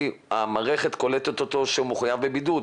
המערכת קולטת אותו כמחוייב בבידוד,